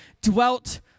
dwelt